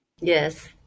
Yes